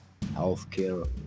healthcare